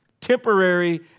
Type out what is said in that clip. temporary